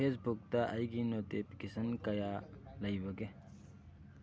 ꯐꯦꯁꯕꯨꯛꯇ ꯑꯩꯒꯤ ꯅꯣꯇꯤꯐꯤꯀꯦꯁꯟ ꯀꯌꯥ ꯂꯩꯕꯒꯦ